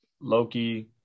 Loki